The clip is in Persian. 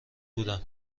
بودم